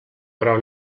però